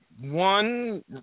one